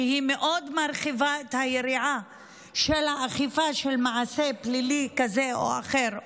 שמאוד מרחיבה את היריעה של האכיפה של מעשה פלילי כזה או אחר,